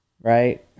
right